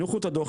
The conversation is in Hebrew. הניחו את הדוח,